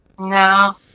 No